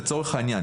לצורך העניין,